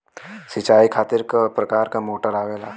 सिचाई खातीर क प्रकार मोटर आवेला?